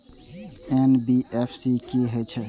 NBFC की हे छे?